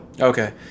Okay